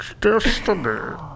destiny